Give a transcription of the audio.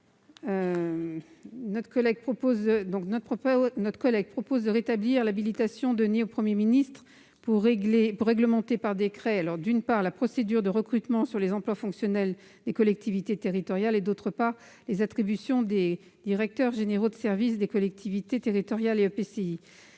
il est proposé de rétablir l'habilitation donnée au Premier ministre pour réglementer par décret, d'une part, la procédure de recrutement sur les emplois fonctionnels des collectivités territoriales et, d'autre part, les attributions des directeurs généraux des services des collectivités territoriales et EPCI.